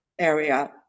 area